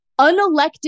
unelected